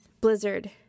Blizzard